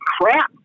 crap